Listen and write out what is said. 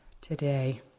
today